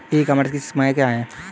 ई commerce की सीमाएं क्या हैं?